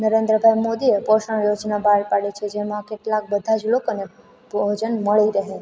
નરેન્દ્રભાઈ મોદીએ પોષણ યોજના બહાર પાડી છે જેમાં કેટલાક બધાં જ લોકોને ભોજન મળી રહે